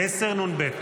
10 נ"ב.